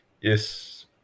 yes